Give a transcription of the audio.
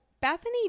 Bethany